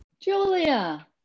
Julia